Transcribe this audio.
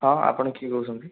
ହଁ ଆପଣ କିଏ କହୁଛନ୍ତି